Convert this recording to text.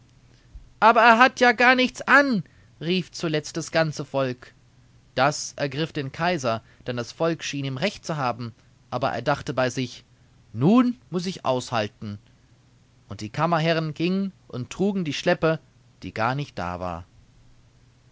aber er hat ja gar nichts an rief zuletzt das ganze volk das ergriff den kaiser denn das volk schien ihm recht zu haben aber er dachte bei sich nun muß ich aushalten und die kammerherren gingen und trugen die schleppe die gar nicht da war